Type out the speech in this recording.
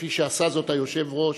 כפי שעשה זאת היושב-ראש,